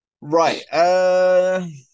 Right